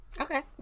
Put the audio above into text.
okay